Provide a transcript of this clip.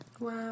Wow